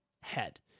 head